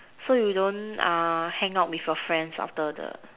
so you don't uh hang with your friends after the